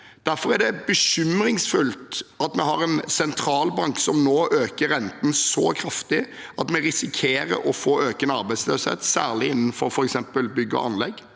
Derfor er det bekymringsfullt at vi har en sentralbank som nå øker renten så kraftig at vi risikerer å få økende arbeidsløshet, særlig innenfor f.eks. bygg og anlegg.